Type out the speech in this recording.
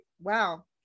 wow